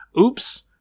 oops